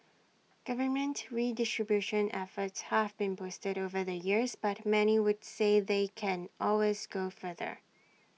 government redistribution efforts have been boosted over the years but many would say they can always go further